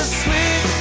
sweet